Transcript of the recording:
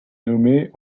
nommée